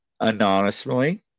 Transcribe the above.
anonymously